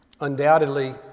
Undoubtedly